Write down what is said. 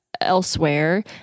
elsewhere